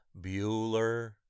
Bueller